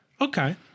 Okay